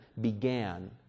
began